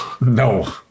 No